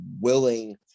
willing